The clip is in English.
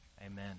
Amen